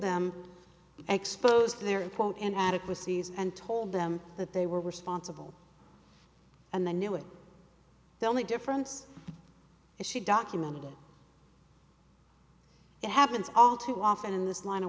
them exposed their quote and adequacy is and told them that they were responsible and they knew it the only difference is she documented it happens all too often in this line of